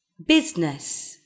BUSINESS